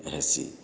ହେସିଁ